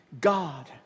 God